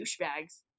douchebags